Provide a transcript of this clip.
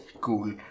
cool